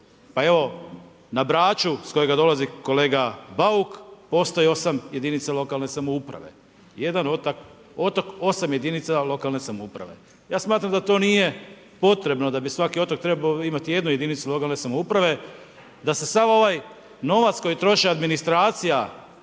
Pa evo, na Braču s kojega dolazi kolega Bauka postoji 8 jedinica lokalne samouprave. Jedan otok – 8 jedinica lokalne samouprave. Ja smatram da to nije potrebno, da bi svaki otok trebao imati jednu jedinicu lokalne samouprave, da se sav ovaj novac koji troše administracija